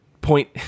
point